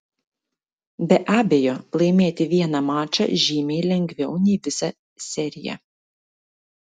be abejo laimėti vieną mačą žymiai lengviau nei visą seriją